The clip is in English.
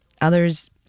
others